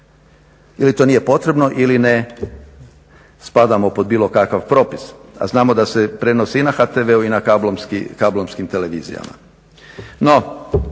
Ili to nije potrebno ili ne spadamo pod bilo kakav propis, a znamo da se prenosi i na HTV-u i na kablovskim televizijama.